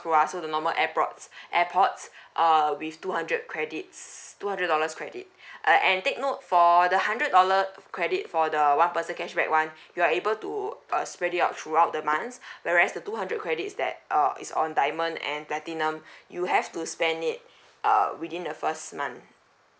mm I also don't know what air pod airports uh with two hundred credits two hundred dollars credit uh and take note for the hundred dollar credit for the one percent cashback one you're able to err spread it out throughout the months whereas the two hundred credits that err is on diamond and platinum you have to spend it err within the first month